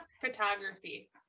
photography